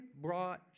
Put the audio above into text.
brought